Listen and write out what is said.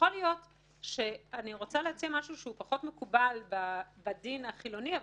אני רוצה להציע משהו שהוא פחות מקובל בדין החילוני הרגיל,